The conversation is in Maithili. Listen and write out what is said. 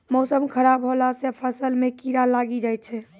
मौसम खराब हौला से फ़सल मे कीड़ा लागी जाय छै?